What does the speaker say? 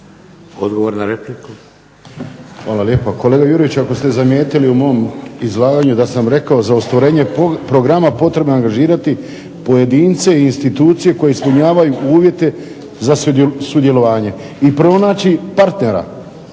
Šimo (HDZ)** Hvala lijepa. Kolega Jurjević, ako ste zamijetili u mom izlaganju da sam rekao za ostvarenje programa potrebno je angažirati pojedince i institucije koje ispunjavaju uvjete za sudjelovanje i pronaći partnera